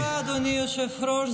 תודה רבה, אדוני היושב-ראש.